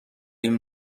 این